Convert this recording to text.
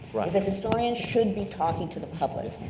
cause a historian should be talking to the public.